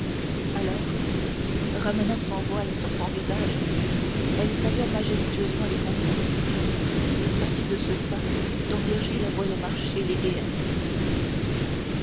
alors ramenant son voile sur son visage elle salua majestueusement les conseillers et sortit de ce pas dont virgile voyait marcher les déesses